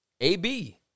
AB